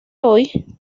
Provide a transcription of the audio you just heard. hoy